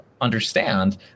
understand